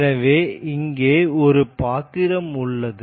எனவே இங்கே ஒரு பாத்திரம் உள்ளது